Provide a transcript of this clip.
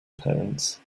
parents